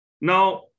Now